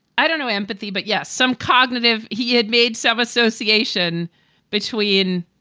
i don't know, empathy, but yes, some cognitive he had made some association between,